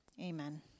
Amen